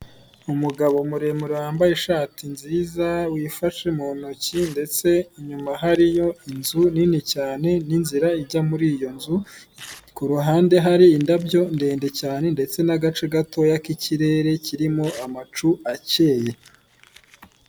Umugabo muremure wambaye ishati nziza, wifashe mu ntoki ndetse inyuma hariyo inzu nini cyane n'inzira ijya muri iyo nzu, ku ruhande hari indabyo ndende cyane ndetse n'agace gatoya k'ikirere kirimo amacu acyeye.